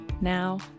Now